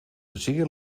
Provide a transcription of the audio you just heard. zeer